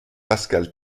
pascal